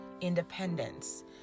independence